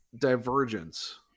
divergence